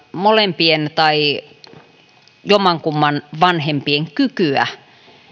molempien tai jommankumman vanhemman kykyä